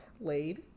Laid